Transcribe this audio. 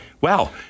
Wow